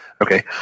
Okay